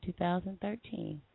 2013